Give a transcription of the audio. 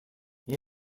you